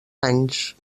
anys